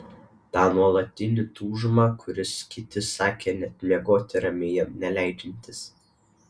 tą nuolatinį tūžmą kuris kiti sakė net miegoti ramiai jam neleidžiantis